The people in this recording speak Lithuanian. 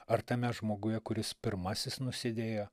ar tame žmoguje kuris pirmasis nusidėjo